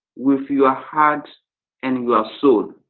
with your hearts and your soul.